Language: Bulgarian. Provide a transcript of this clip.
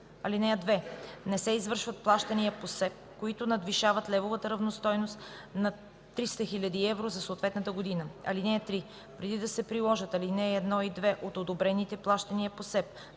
година. (2) Не се извършват плащания по СЕПП, които надвишават левовата равностойност на 300 000 евро за съответната година. (3) Преди да се приложат ал. 1 и 2 от одобрените плащания по СЕПП